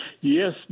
Yes